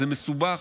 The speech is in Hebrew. זה מסובך,